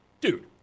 dude